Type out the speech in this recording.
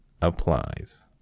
applies